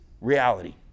reality